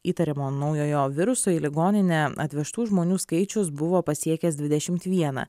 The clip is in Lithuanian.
įtariamo naujojo viruso į ligoninę atvežtų žmonių skaičius buvo pasiekęs dvidešimt vieną